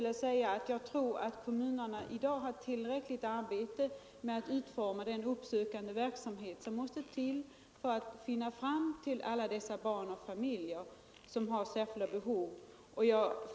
Jag tror att kommunerna i dag har tillräckligt arbete med att utforma den uppsökande verksamhet som måste till för att hitta fram till alla de barn och familjer som har särskilda behov.